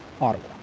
Ottawa